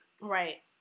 Right